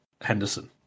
Henderson